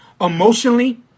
emotionally